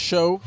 Show